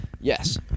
Yes